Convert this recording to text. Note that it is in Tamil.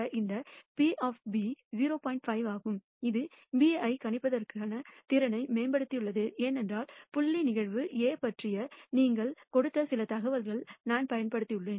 5 ஆகும் இது B ஐ கணிப்பதற்கான திறனை மேம்படுத்தியுள்ளது ஏனென்றால் புள்ளி நிகழ்வு A பற்றி நீங்கள் கொடுத்த சில தகவல்களை நான் பயன்படுத்தியுள்ளேன்